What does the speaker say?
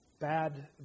bad